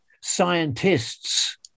Scientists